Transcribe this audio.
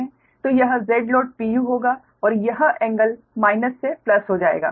तो यह ZLoad होगा और यह कोण माइनस से प्लस हो जाएगा